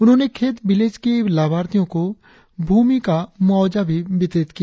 उन्होंने खेत विलेज के लाभार्थियों को भूमि का मुआवजा भी वितरित किया